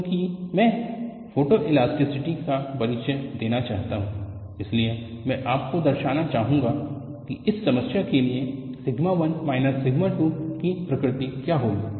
क्योंकि मैं फोटोइलास्टिसिटी का परिचय देना चाहता हूं इसलिए मैं आपको दर्शाना चाहूंगा कि इस समस्या के लिए सिग्मा 1 माइनस सिग्मा 2 की प्रकृति क्या होगी